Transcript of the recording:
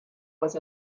was